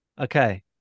okay